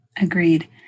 Agreed